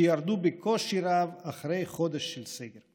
שירדו בקושי רב אחרי חודש של סגר.